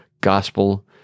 gospel